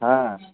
ହାଁ